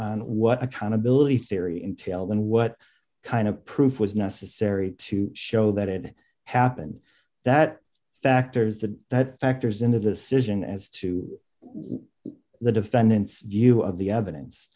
on what accountability theory entailed and what kind of proof was necessary to show that it happened that factors that that factors into the situation as to the defendant's view of the evidence